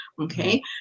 Okay